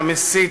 המסית,